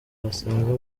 wasanga